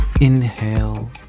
Inhale